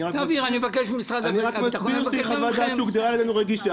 אני רק מסביר שהיא חוות דעת שהוגדרה על ידינו כרגישה